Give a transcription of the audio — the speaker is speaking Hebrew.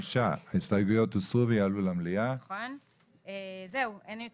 5. הצבעה לא אושר ההסתייגויות הוסרו ויעלו למליאה.